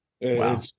Wow